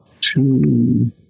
two